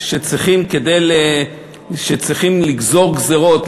שצריכים לגזור גזירות,